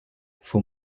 for